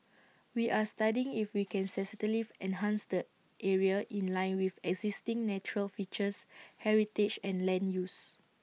we are studying if we can enhance the area in line with existing natural features heritage and land use